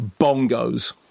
bongos